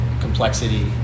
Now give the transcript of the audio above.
complexity